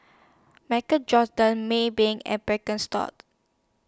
Marc Maybank and Birkenstock